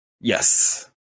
Yes